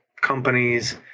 companies